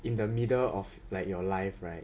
in the middle of like your life right